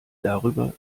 darüber